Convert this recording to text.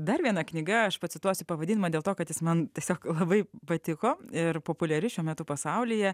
dar viena knyga aš pacituosiu pavadinimą dėl to kad jis man tiesiog labai patiko ir populiari šiuo metu pasaulyje